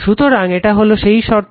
সুতরাং এটা হলো সেই শর্ত